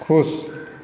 खुश